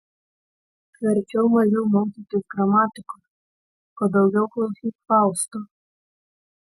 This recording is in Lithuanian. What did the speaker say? verčiau mažiau mokykis gramatikos o daugiau klausyk fausto